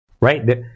right